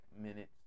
minutes